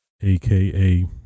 aka